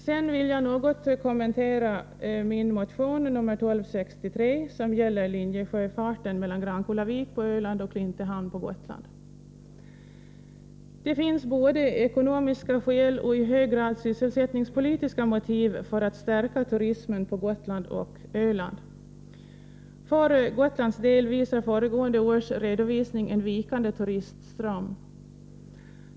Sedan vill jag något kommentera min motion nr 1263 som gäller linjesjöfarten mellan Grankullavik på Öland och Klintehamn på Gotland. Det finns både ekonomiska skäl och i hög grad sysselsättningspolitiska motiv för att stärka turismen på Gotland och Öland. För Gotlands del visar föregående års redovisning en vikande turistström.